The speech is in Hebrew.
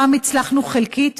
הפעם הצלחנו חלקית,